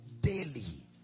daily